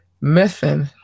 missing